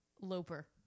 Loper